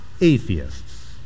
atheists